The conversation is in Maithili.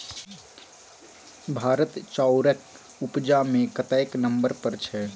भारत चाउरक उपजा मे कतेक नंबर पर छै?